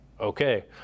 okay